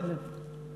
לא שמתי לב.